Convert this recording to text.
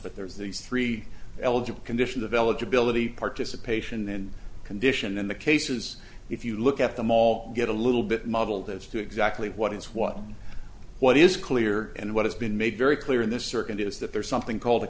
but there's these three eligible conditions of eligibility participation and condition in the cases if you look at them all get a little bit muddled as to exactly what is what what is clear and what has been made very clear in this circuit is that there is something called a